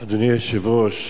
אדוני היושב-ראש,